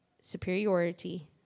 superiority